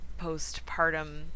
postpartum